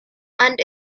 and